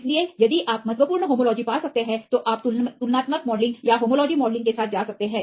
इसलिए यदि आप महत्वपूर्ण होमोलॉजी पा सकते हैं तो आप तुलनात्मक मॉडलिंग या होमोलॉजी मॉडलिंग के साथ जा सकते हैं